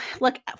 look